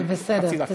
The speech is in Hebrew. אבל בסדר.